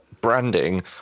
branding